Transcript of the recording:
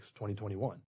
2021